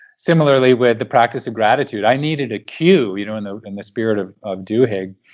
similarly, with the practice of gratitude, i needed a cue, you know in the in the spirit of of duhigg.